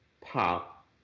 pop